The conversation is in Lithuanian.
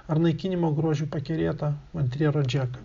ar naikinimo grožiu pakerėtą von triero džeką